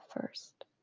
first